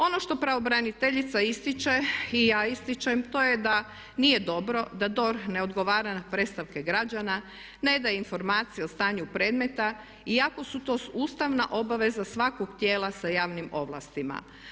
Ono što pravobraniteljica ističe i ja ističem to je da nije dobro da DORH ne odgovara na predstavke građana, ne daje informacije o stanju predmeta iako su to ustavna obaveza svakog tijela sa javnim ovlastima.